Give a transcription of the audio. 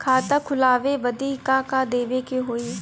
खाता खोलावे बदी का का देवे के होइ?